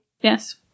yes